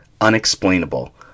unexplainable